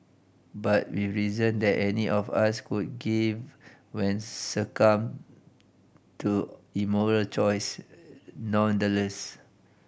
but with reason that any of us could give when succumbed to immoral choice nonetheless